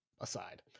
aside